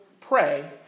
pray